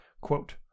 Quote